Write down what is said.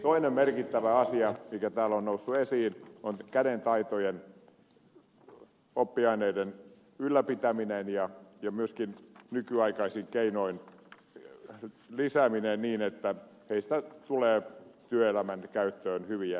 toinen merkittävä asia mikä täällä on noussut esiin on kädentaitojen oppiaineiden ylläpitäminen ja myöskin nykyaikaisin keinoin lisääminen niin että nuorista tulee työelämän käyttöön hyviä ihmisiä